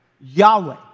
Yahweh